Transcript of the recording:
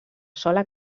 sola